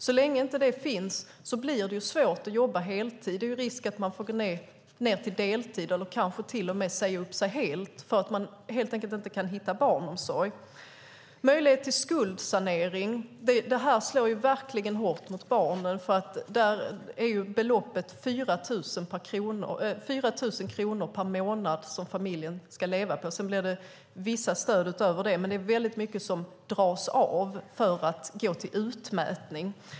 Så länge det inte finns blir det svårt att jobba heltid. Det är risk att man får gå ned på deltid eller kanske till och med säga upp sig helt för att man helt enkelt inte kan hitta barnomsorg. Skuldsanering slår verkligen hårt mot barnen. Där är nämligen beloppet 4 000 kronor per månad som familjen ska leva på. Sedan är det vissa stöd utöver det, men det är väldigt mycket som dras av för att gå till utmätning.